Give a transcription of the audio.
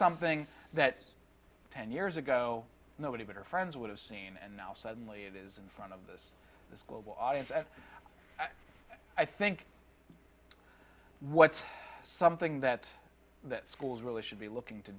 something that ten years ago nobody but her friends would have seen and now suddenly it is in front of this this global audience and i think what's something that that schools really should be looking to